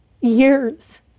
years